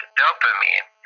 dopamine